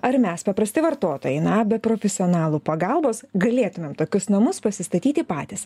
ar mes paprasti vartotojai na be profesionalų pagalbos galėtumėm tokius namus pasistatyti patys